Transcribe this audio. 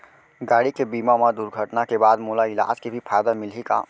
गाड़ी के बीमा मा दुर्घटना के बाद मोला इलाज के भी फायदा मिलही का?